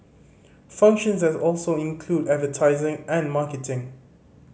functions that also include advertising and marketing